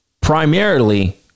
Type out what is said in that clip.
Primarily